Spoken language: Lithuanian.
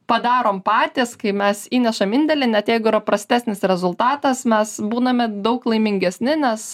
padarom patys kai mes įnešam indėlį net jeigu yra prastesnis rezultatas mes būname daug laimingesni nes